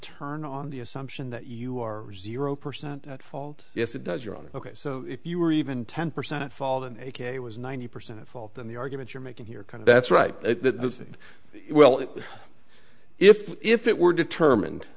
turn on the assumption that you are zero percent at fault yes it does your honor ok so if you were even ten percent fall in aka was ninety percent at fault in the argument you're making here kind of that's right the well if if it were determined